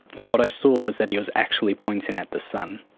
what i saw was that he was actually pointing at the sun.